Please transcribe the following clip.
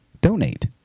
donate